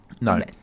No